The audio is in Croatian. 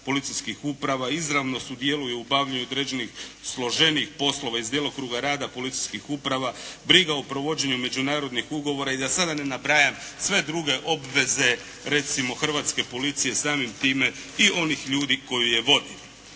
izravno sudjeluje u obavljaju određenih složenijih poslova iz djelokruga rada policijskih uprava, briga o provođenju međunarodnih ugovora i da sada ne nabrajam sve druge obveze recimo hrvatske policije samim time i onih ljudi koji je vode.